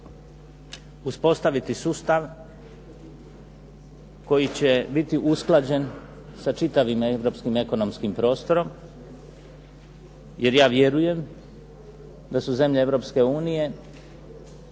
uspostaviti sustav koji će biti usklađen sa čitavim europskim ekonomskim prostorom, jer ja vjerujem da su zemlje Europske unije